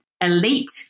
elite